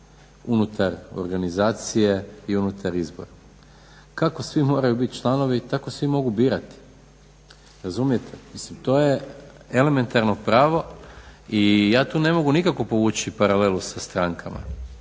unutar organizacije i unutar izbora. Kako svi moraju biti članovi tako svi mogu birati. Razumijete? Mislim to je elementarno pravo i ja tu ne mogu nikako povući paralelu sa strankama.